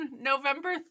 November